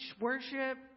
worship